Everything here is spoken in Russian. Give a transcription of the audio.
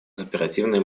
кооперативной